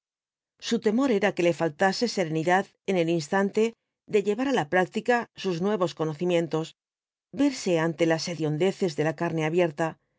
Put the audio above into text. su temor era que le faltase serenidad en el instante de llevar á la práctica sus nuevos conocimientos verse ante las hediondeces de la carne abierta